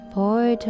boy